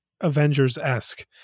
avengers-esque